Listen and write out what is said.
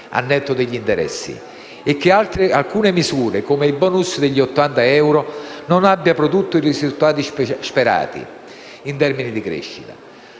al netto degli interessi, e che alcune misure prese, come il *bonus* di 80 euro, non abbiano prodotto i risultati sperati in termini di crescita